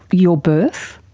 your birth?